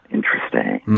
Interesting